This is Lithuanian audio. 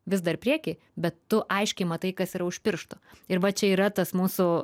vis dar prieky bet tu aiškiai matai kas yra už piršto ir va čia yra tas mūsų